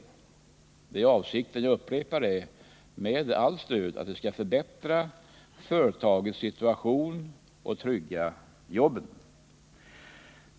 Avsikten med allt stöd — jag upprepar det — är att det skall förbättra företagets situation och trygga jobben.